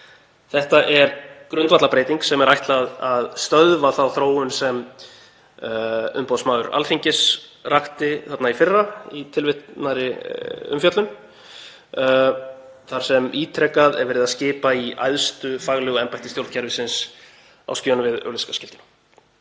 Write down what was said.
Þetta er grundvallarbreyting sem er ætlað að stöðva þá þróun sem umboðsmaður Alþingis rakti í fyrra, í tilvitnaðri umfjöllun, þar sem ítrekað er verið að skipa í æðstu faglegu embætti stjórnkerfisins á skjön við auglýsingaskyldu.